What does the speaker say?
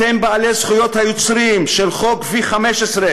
אתם בעלי זכויות היוצרים על חוק V15,